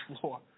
floor